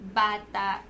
bata